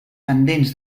pendents